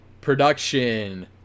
production